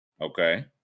Okay